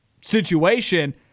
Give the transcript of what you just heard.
situation